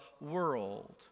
world